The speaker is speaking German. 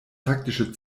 taktische